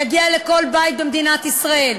יגיעו לכל בית במדינת ישראל,